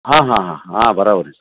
ಹಾಂ ಹಾಂ ಹಾಂ ಹಾಂ ಬರಾಬರಿ ರೀ